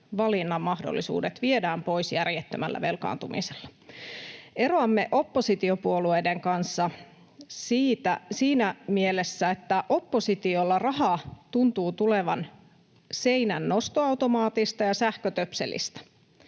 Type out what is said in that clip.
valinnanmahdollisuudet viedään pois järjettömällä velkaantumisella. Eroamme oppositiopuolueiden kanssa siinä mielessä, että oppositiolla raha tuntuu tulevan seinän nostoautomaatista ja sähkötöpselistä.